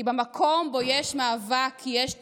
כי במקום בו יש מאבק, יש תקווה.